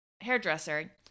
hairdresser